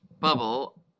bubble